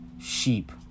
Sheep